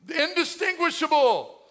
indistinguishable